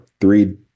three